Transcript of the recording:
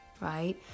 right